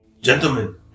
Gentlemen